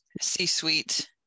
C-suite